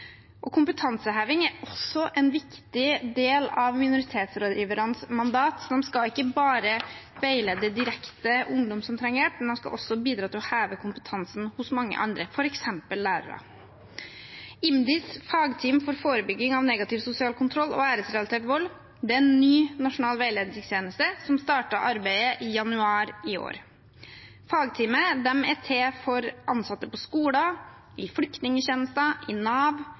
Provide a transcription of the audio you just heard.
også en viktig del av minoritetsrådgiveres mandat. De skal ikke bare direkte veilede ungdommer som trenger hjelp, de skal også bidra til å heve kompetansen hos mange andre, f.eks. lærere. IMDis fagteam for forebygging av negativ sosial kontroll og æresrelatert vold er en ny nasjonal veiledningstjeneste som startet arbeidet i januar i år. Fagteamet er til for ansatte på skoler, i flyktningtjeneste, Nav,